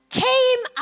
came